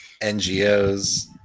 NGOs